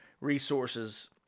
resources